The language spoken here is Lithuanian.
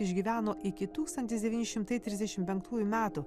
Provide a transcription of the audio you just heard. išgyveno iki tūkstantis devyni šimtai trisdešim penktųjų metų